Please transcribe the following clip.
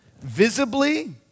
visibly